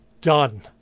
Done